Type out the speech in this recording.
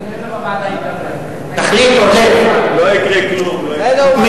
תחליט, אורלב.